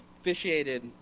officiated